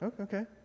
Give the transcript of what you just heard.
Okay